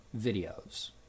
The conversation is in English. videos